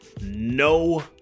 no